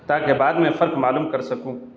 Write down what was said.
تاکہ بعد میں فرق معلوم کر سکوں